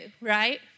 right